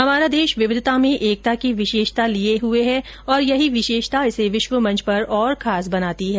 हमारा देश विविधता में एकता की विशेषता लिये हुए है और यही विशेषता इसे विश्व मंच पर और खास बना देती है